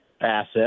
asset